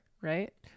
right